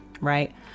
right